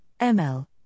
ML